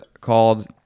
called